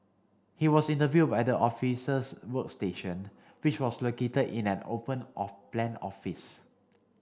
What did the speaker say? he was interviewed at the officers workstation which was located in an open plan office